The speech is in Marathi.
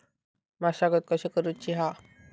मशागत कशी करूची हा?